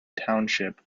township